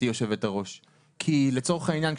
לצורך העניין,